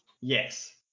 Yes